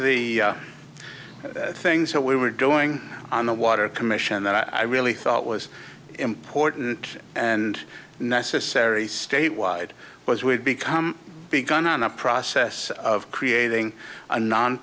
the things that we were doing on the water commission that i really thought was important and necessary statewide was we had become begun on a process of creating a non